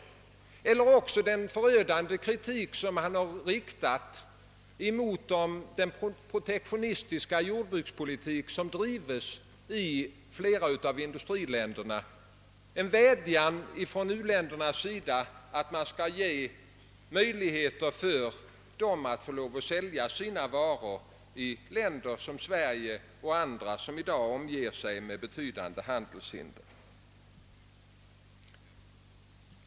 Varför inte läsa den förödande kritik han riktat mot den protektionistiska jordbrukspolitik som drivs av industriländerna, den vädjan från u-länderna att ge dem möjlighet att sälja sina varor till länder som Sverige och andra som i dag håller sig med betydande handelshinder.